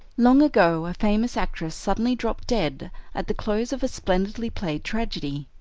long ago a famous actress suddenly dropped dead at the close of a splendidly played tragedy.